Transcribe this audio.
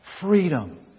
freedom